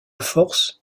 force